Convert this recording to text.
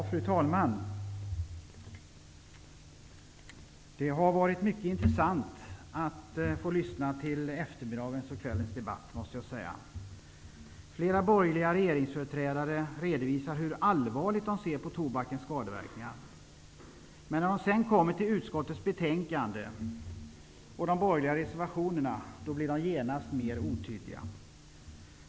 Fru talman! Det har varit mycket intressant att lyssna till eftermiddagens och kvällens debatt. Flera borgerliga företrädare för regeringspartierna redovisar hur allvarligt de ser på tobakens skadeverkningar. Men när de kommer till utskottets betänkande och de borgerliga reservationerna, då blir de genast mer otydliga.